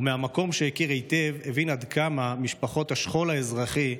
ומהמקום שהכיר היטב הבין עד כמה משפחות השכול האזרחי,